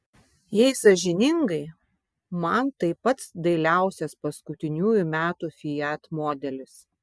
jei sąžiningai man tai pats dailiausias paskutiniųjų metų fiat modelis